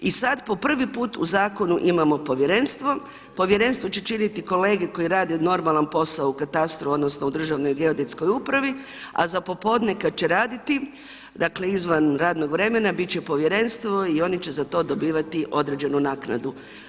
I sada po prvi put u zakonu imamo povjerenstvo, povjerenstvo će činiti kolege koji rade normalan posao u katastru, odnosno u državnoj geodetskoj upravi a za popodne kada će raditi, dakle izvan radnog vremena biti će povjerenstvo i oni će za to dobivati određenu naknadu.